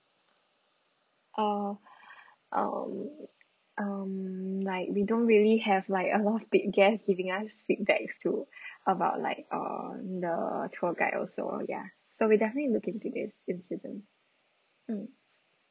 oh um um like we don't really have like a lot of big guests giving us feedbacks to about like uh the tour guide also ya so we'll definitely look into this incident mm